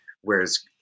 whereas